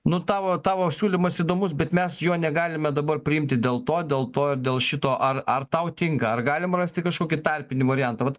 nu tavo tavo siūlymas įdomus bet mes jo negalime dabar priimti dėl to dėl to ir dėl šito ar ar tau tinka ar galim rasti kažkokį tarpinį variantą vat